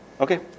Okay